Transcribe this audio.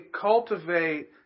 cultivate